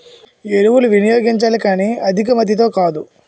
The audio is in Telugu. ఎరువులు వినియోగించాలి కానీ అధికమాతాధిలో కాదు